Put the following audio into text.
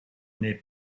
n’est